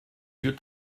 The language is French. yeux